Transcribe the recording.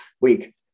week